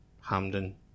Hamden